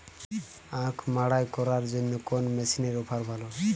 আখ মাড়াই করার জন্য কোন মেশিনের অফার ভালো?